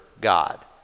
God